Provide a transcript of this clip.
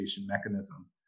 mechanism